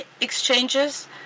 exchanges